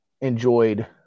enjoyed